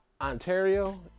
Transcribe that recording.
Ontario